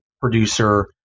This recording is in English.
producer